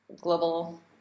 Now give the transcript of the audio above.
global